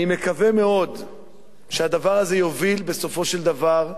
אני מקווה מאוד שהדבר הזה יוביל בסופו של דבר,